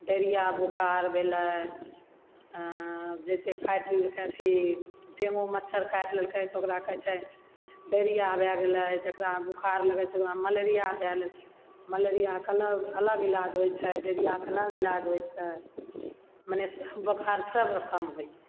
diarrhoea बोखार भेलय जैसे काटि लेलकय अथी डेंगू मच्छर काटि लेलकय तऽ ओकरा कहय छै डायरिया भए गेलय जकरा बोखार लगय छै ओकरा मलेरिया धए मलेरियाके अलग इलाज होइ छै डाइरियाके अलग इलाज होइ छै मने सब बोखार सब रकम होइ छै